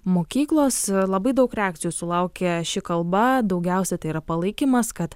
mokyklos labai daug reakcijų sulaukė ši kalba daugiausia tai yra palaikymas kad